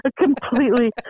completely